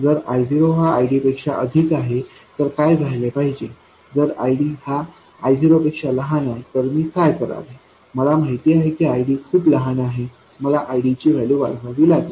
जर I0 हा ID पेक्षा अधिक आहे तर काय झाले पाहिजे जर ID हा I0 पेक्षा लहान आहे तर मी काय करावे मला माहीत आहे की ID खूप लहान आहे मला ID ची व्हॅल्यू वाढवावी लागेल